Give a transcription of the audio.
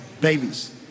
babies